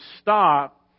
stop